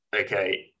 okay